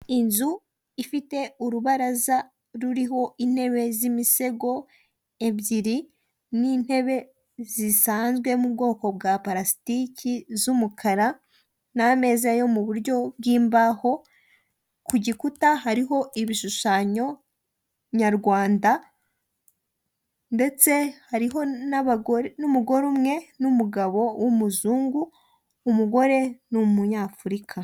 Inzu ifite urubaraza ruriho intebe z'imisego ebyiri n'intebe zisanzwe mu bwoko bwa palasitiki z'umukara n'ameza yo mu buryo bw'imbaho, ku gikuta hariho ibishushanyo nyarwanda ndetse hariho n'umugore umwe n'umugabo w'umuzungu, umugore ni umunyafurika.